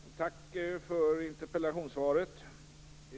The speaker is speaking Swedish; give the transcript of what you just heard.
Herr talman! Tack för interpellationssvaret!